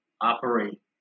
operate